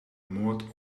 moord